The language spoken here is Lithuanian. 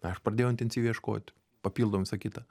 aš pradėjau intensyviai ieškoti papildomai visa kita